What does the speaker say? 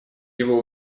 его